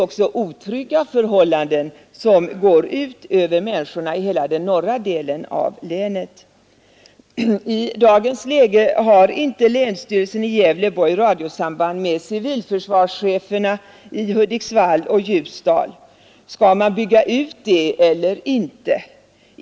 Och otrygga förhållanden, som går ut över människorna i hela den norra delen av länet. I dagens läge har inte länsstyrelsen i Gävleborgs län radiosamband med civilförsvarscheferna i Hudiksvall och Ljusdal — skall man bygga ut det eller inte?